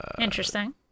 Interesting